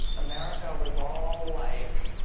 america was all, like,